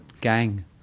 gang